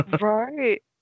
Right